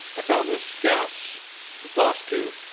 i found this gas exhaust tube,